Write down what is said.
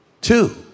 two